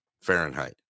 fahrenheit